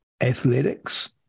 athletics